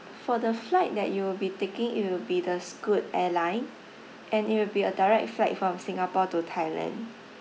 for the flight that you will be taking it will be the scoot airline and it will be a direct flight from singapore to thailand